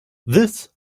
this